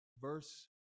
verse